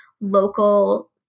local